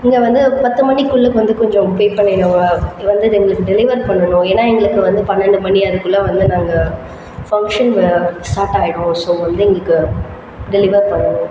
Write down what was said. நீங்கள் வந்து பத்து மணிக்குள்ளே வந்து கொஞ்சம் பே பண்ணிடுங்க எங்களுக்கு டெலிவர் பண்ணணும் ஏன்னால் எங்களுக்கு பன்னெண்டு மணி அதுக்குள்ளே வந்து நாங்கள் ஃபங்க்ஷனில் சாப்பாடாகிடும் ஸோ வந்து எங்களுக்கு டெலிவர் பண்ணணும்